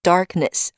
Darkness